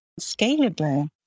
scalable